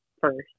first